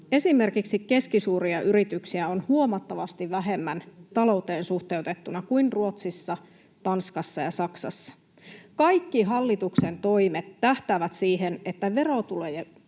Esimerkiksi keskisuuria yrityksiä on huomattavasti vähemmän talouteen suhteutettuna kuin Ruotsissa, Tanskassa ja Saksassa. Kaikki hallituksen toimet tähtäävät siihen, että verotulojen